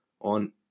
on